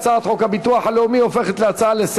הצעת חוק הביטוח הלאומי (תיקון,